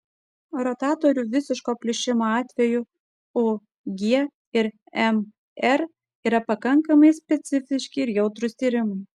rotatorių visiško plyšimo atveju ug ir mr yra pakankamai specifiški ir jautrūs tyrimai